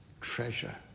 treasure